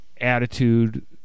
attitude